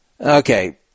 Okay